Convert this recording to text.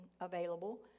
available